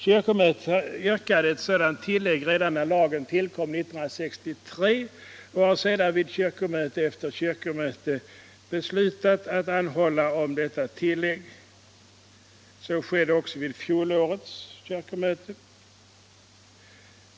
Kyrkomötet yrkade ett sådant tillägg redan när lagen tillkom 1963 och sedan har kyrkomöte efter kyrkomöte beslutat att anhålla om detta tillägg. Så skedde också vid fjolårets kyrkomöte.